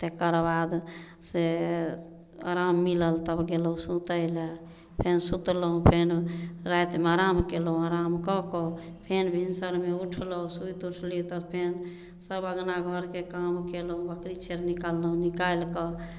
तेकर बाद से आराम मिलल तब गेलहुॅं सुतै लए फेर सुतलहुॅं फेर रातिमे आराम केलहुॅं आराम कऽ कऽ फेर भिनसरमे उठलहुॅं सुति उठली तऽ फेर सभ अङ्गना घरके काम केलहुॅं बकरी चेरनी निकाललहुॅं निकालि कऽ